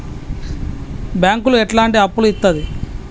బ్యాంకులు ఎట్లాంటి అప్పులు ఇత్తది?